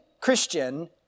Christian